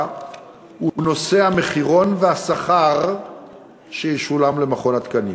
הוא נושא המחירון והשכר שישולם למכון התקנים.